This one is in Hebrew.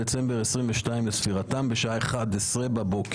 אגב, זה היה פה אחד חשאי או פה אחד גלוי?